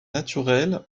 naturelle